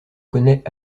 connaît